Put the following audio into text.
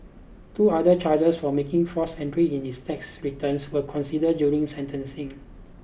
two other charges for making false entries in his tax returns were considered during sentencing